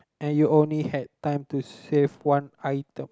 and you only have time to save one item